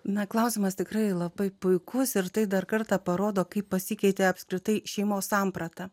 na klausimas tikrai labai puikus ir tai dar kartą parodo kaip pasikeitė apskritai šeimos samprata